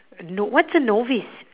no~ what's a novice